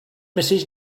mrs